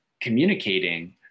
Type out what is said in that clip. communicating